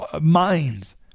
minds